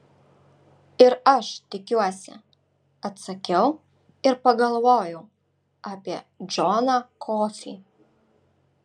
ir aš tikiuosi atsakiau ir pagalvojau apie džoną kofį